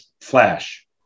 Flash